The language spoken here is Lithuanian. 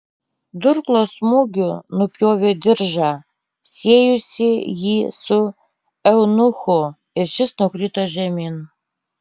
durklo smūgiu nupjovė diržą siejusį jį su eunuchu ir šis nukrito žemyn